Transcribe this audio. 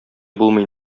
булмый